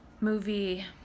movie